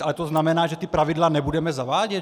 Ale to znamená, že ta pravidla nebudeme zavádět?